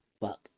Fuck